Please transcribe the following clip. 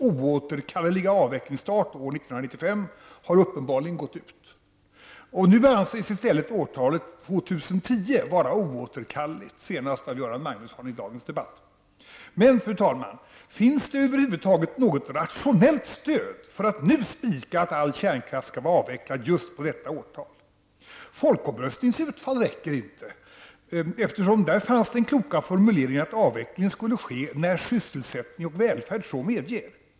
''oåterkalleliga avvecklingsstart år 1995'' har uppenbarligen gått ut, och nu anses i stället årtalet Fru talman! Finns det över huvud taget något rationellt stöd för att nu spika att all kärnkraft skall vara avvecklad just till detta årtal? Folkomröstningens utfall räcker inte, eftersom den kloka formuleringen att avvecklingen skulle ske ''när sysselsättning och välfärd'' så medger fanns med.